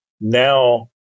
Now